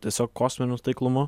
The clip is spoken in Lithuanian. tiesiog kosminiu taiklumu